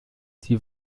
die